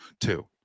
two